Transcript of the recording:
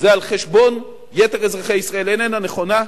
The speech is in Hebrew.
הן על חשבון יתר אזרחי ישראל איננה נכונה.